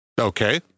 Okay